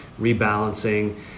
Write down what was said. rebalancing